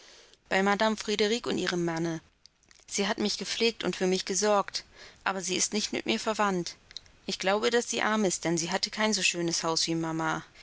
bei madame frederic und ihrem manne sie hat mich gepflegt und für mich gesorgt aber sie ist nicht mit mir verwandt ich glaube daß sie arm ist denn sie hatte kein so schönes haus wie mama